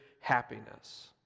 happiness